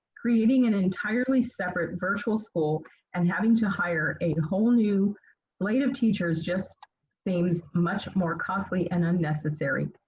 creating an entirely separate virtual school and having to hire a whole new slate of teachers just seems much more costly and unnecessary.